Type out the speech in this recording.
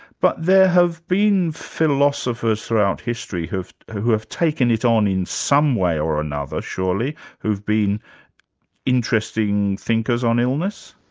but there have been philosophers throughout history who who have taken it on in some way or another, surely, who've been interesting thinkers on illness?